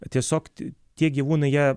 tiesiog tie gyvūnai jie